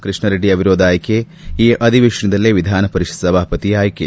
ಕೃಷ್ಣಾರೆಡ್ಡಿ ಅವಿರೋಧ ಆಯ್ಕೆ ಈ ಅಧಿವೇಶನದಲ್ಲೇ ವಿಧಾನಪರಿಷತ್ ಸಭಾಪತಿ ಆಯ್ಕೆ